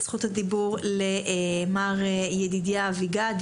מר ידידיה אביגד,